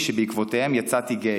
שבעקבותיהם יצאתי גיי.